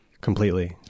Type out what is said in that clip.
Completely